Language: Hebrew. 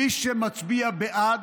מי שמצביע בעד,